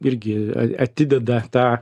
irgi atideda tą